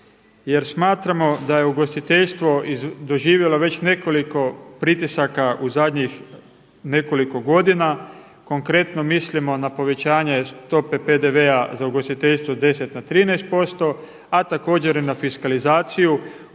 smatramo da je ugostiteljstvo doživjelo već nekoliko pritisaka u zadnjih nekoliko godina. Konkretno mislimo na povećanje stope PDV-a za ugostiteljstvo 10 na 13% a također i na fiskalizaciju